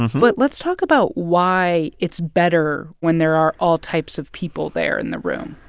but let's talk about why it's better when there are all types of people there in the room